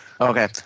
Okay